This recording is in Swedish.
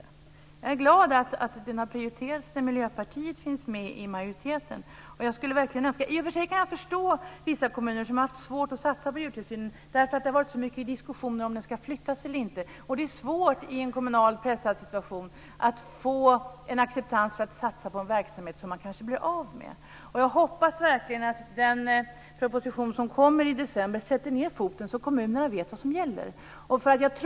Men jag är glad över att djurskyddet har prioriterats i de kommuner där Miljöpartiet ingår i majoriteten. I och för sig kan jag förstå att vissa kommuner har haft svårt att satsa på djurtillsyn. Det har förts så mycket diskussion om ifall ansvaret ska flyttas eller inte. I kommuner med en pressad situation är det svårt att få acceptans för att satsa på en verksamhet som man kanske blir av med. Jag hoppas verkligen att den proposition som kommer i december sätter ned foten så att kommunerna vet vad som gäller.